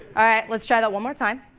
all right. let's try that one more time!